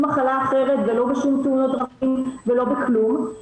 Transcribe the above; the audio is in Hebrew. מחלה אחרת ולא בשום תאונות דרכים ולא בכלום,